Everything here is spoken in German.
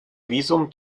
visum